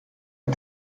ein